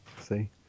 See